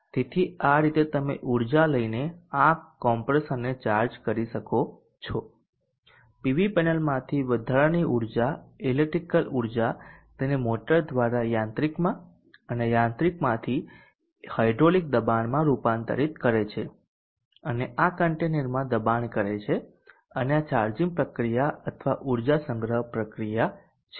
તેથી આ રીતે તમે ઊર્જા લઈને આ કોમ્પ્રેસરને ચાર્જ કરી શકો છો પીવી પેનલમાંથી વધારાની ઊર્જા ઈલેક્ટ્રીકલ ઉર્જા તેને મોટર દ્વારા યાંત્રિકમાં અને યાંત્રિકમાંથી હાઇડ્રોલિક દબાણમાં રૂપાંતરિત કરે છે અને આ કન્ટેનરમાં દબાણ કરે છે અને આ ચાર્જિંગ પ્રક્રિયા અથવા ઉર્જા સંગ્રહ પ્રક્રિયા છે